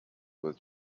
with